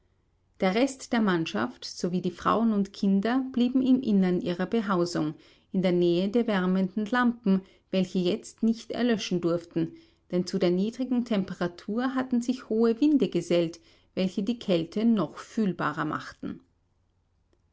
der rest der mannschaft sowie die frauen und kinder blieben im innern ihrer behausung in der nähe der wärmenden lampen welche jetzt nicht erlöschen durften denn zu der niedrigen temperatur hatten sich hohe winde gesellt welche die kälte noch fühlbarer machten